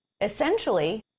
essentially